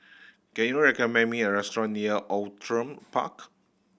can you recommend me a restaurant near Outram Park